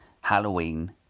Halloween